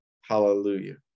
Hallelujah